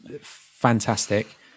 Fantastic